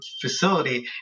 facility